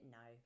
no